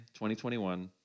2021